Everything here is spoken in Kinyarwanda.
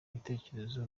ibitekerezo